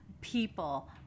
people